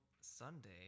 Sunday